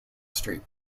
street